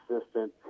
assistant